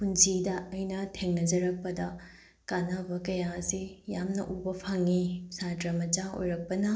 ꯄꯨꯟꯁꯤꯗ ꯑꯩꯅ ꯊꯦꯡꯅꯖꯔꯛꯄꯗ ꯀꯥꯟꯅꯕ ꯀꯌꯥ ꯑꯁꯤ ꯌꯥꯝꯅ ꯎꯕ ꯐꯪꯏ ꯁꯥꯇ꯭ꯔ ꯃꯆꯥ ꯑꯣꯏꯔꯛꯄꯅ